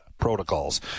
Protocols